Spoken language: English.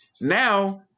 Now